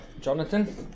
Jonathan